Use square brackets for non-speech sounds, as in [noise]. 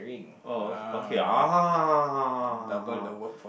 oh o~ okay [noise]